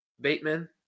Bateman